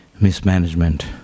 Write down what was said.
mismanagement